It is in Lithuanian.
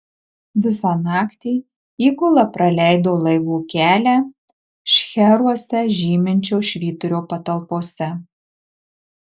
visą naktį įgula praleido laivų kelią šcheruose žyminčio švyturio patalpose